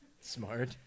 Smart